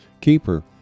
keeper